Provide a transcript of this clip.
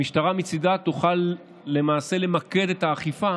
המשטרה מצידה תוכל למעשה למקד את האכיפה